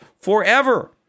forever